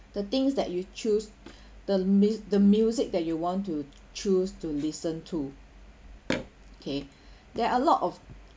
the things that you choose the mes~ the music that you want to choose to listen to okay there are a lot of